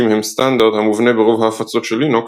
הם סטנדרט המובנה ברוב ההפצות של לינוקס,